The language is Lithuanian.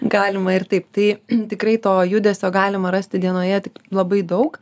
galima ir taip tai tikrai to judesio galima rasti dienoje tik labai daug